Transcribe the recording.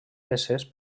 peces